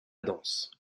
danse